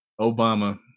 Obama